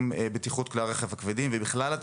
פה.